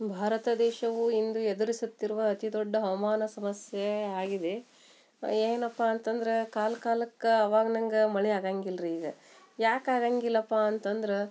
ಭಾರತ ದೇಶವು ಇಂದು ಎದುರಿಸುತ್ತಿರುವ ಅತಿ ದೊಡ್ಡ ಹವಾಮಾನ ಸಮಸ್ಯೆ ಆಗಿದೆ ಏನಪ್ಪಾ ಅಂತಂದ್ರೆ ಕಾಲ ಕಾಲಾಕ್ಕ ಅವಾಗ್ನಂಗ ಮಳೆ ಆಗಂಗಿಲ್ಲ ರೀ ಈಗ ಯಾಕೆ ಆಗಂಗಿಲ್ಲಪ್ಪ ಅಂತಂದ್ರೆ